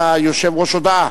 ליושב-ראש יש הודעה